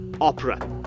Opera